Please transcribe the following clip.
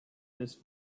this